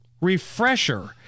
refresher